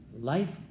life